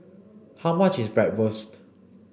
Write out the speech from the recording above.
how much is Bratwurst